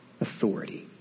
authority